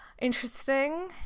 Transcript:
interesting